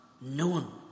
known